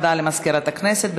הודעה למזכירת הכנסת.